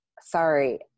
Sorry